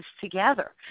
together